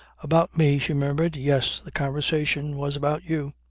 about me? she murmured. yes. the conversation was about you.